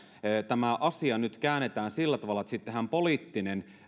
tämä asia nyt käännetään sillä tavalla että siitä tehdään poliittinen